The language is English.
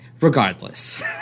Regardless